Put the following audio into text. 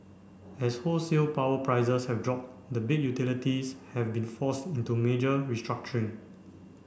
as wholesale power prices have dropped the big utilities have been forced into major restructuring